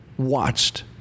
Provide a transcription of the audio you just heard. watched